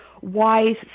wise